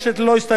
מבקש מכם,